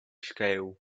scale